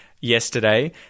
yesterday